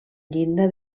llinda